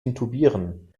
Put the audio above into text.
intubieren